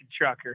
trucker